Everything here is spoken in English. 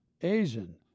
Asian